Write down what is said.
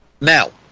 Now